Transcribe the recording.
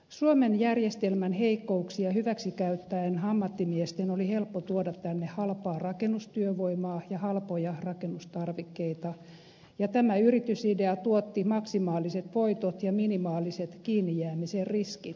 suomen järjestelmän heikkouksia hyväksi käyttäen ammattimiesten oli helppo tuoda tänne halpaa rakennustyövoimaa ja halpoja rakennustarvikkeita ja tämä yritysidea tuotti maksimaaliset voitot ja minimaaliset kiinnijäämisen riskit